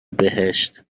بهشت